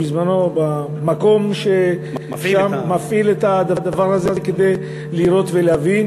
בזמננו במקום שמפעיל את הדבר הזה כדי לראות ולהבין